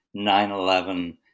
9-11